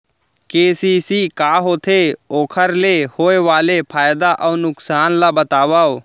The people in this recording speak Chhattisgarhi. के.सी.सी का होथे, ओखर ले होय वाले फायदा अऊ नुकसान ला बतावव?